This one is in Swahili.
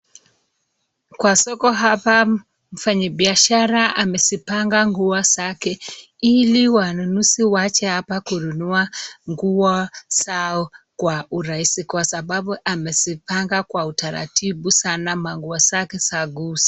Kwa soko apa mfanyi biashara amezipanga nguo zake, ili wanunuzi waache apa kununua nguo zao kwa urahisi, kwa sababu amezipanga Kwa utaratibu sana manguo zake za kuuza.